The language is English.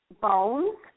Bones